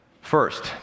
first